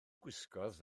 gwisgoedd